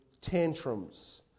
tantrums